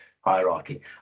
hierarchy